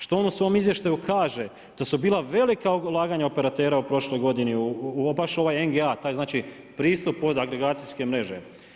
Što onu svom izvještaju kaže da su bila velika ulaganja operatera u prošloj godini, baš ovaj NGA, taj znači pristup od agregacijske mreže.